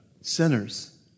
sinners